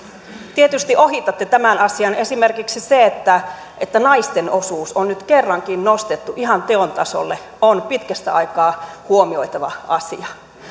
tietysti ohitatte tämän asian esimerkiksi se että että naisten osuus on nyt kerrankin nostettu ihan teon tasolle on pitkästä aikaa huomioitava asia